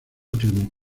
último